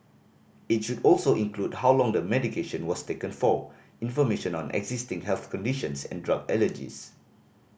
it should also include how long the medication was taken for information on existing health conditions and drug allergies